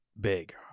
big